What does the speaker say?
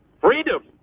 Freedom